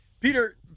Peter